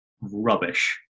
rubbish